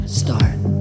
start